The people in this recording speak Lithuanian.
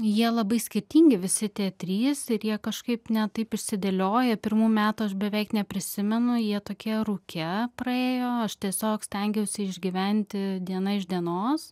jie labai skirtingi visi tie trys ir jie kažkaip net taip išsidėlioja pirmų metų aš beveik neprisimenu jie tokie rūke praėjo aš tiesiog stengiausi išgyventi diena iš dienos